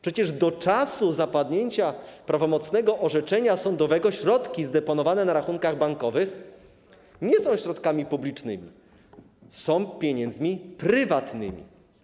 Przecież do czasu zapadnięcia prawomocnego orzeczenia sądowego środki zdeponowane na rachunkach bankowych nie są środkami publicznymi, są pieniędzmi prywatnymi.